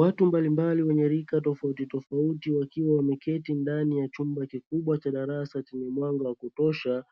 Watu mbalimbali wenye rika tofautitofauti, wakiwa wameketi ndani ya chumba kikubwa cha darasa chenye mwanga wa kutosha,